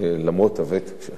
למרות הוותק שלך,